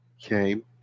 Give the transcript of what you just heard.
Came